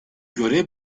göre